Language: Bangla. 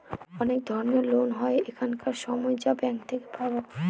অনেক ধরনের লোন হয় এখানকার সময় যা ব্যাঙ্কে থেকে পাবো